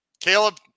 Caleb